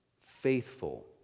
faithful